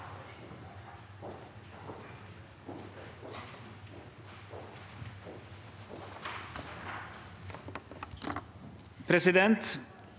Presidenten